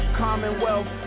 commonwealth